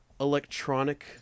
electronic